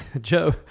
Joe